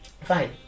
fine